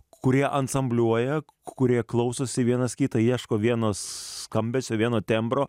kuria ansambliuoja kurie klausosi vienas kitą ieško vieno skambesio vieno tembro